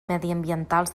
mediambientals